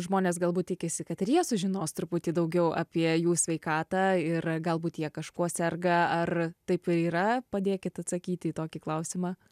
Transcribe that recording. žmonės galbūt tikisi kad ir jie sužinos truputį daugiau apie jų sveikatą ir galbūt jie kažkuo serga ar taip yra padėkit atsakyti į tokį klausimą